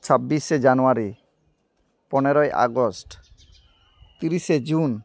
ᱪᱷᱵᱽᱵᱤᱥᱮ ᱡᱟᱱᱩᱣᱟᱨᱤ ᱯᱚᱱᱮᱨᱚᱭ ᱟᱜᱚᱥᱴ ᱛᱤᱨᱤᱥᱮ ᱡᱩᱱ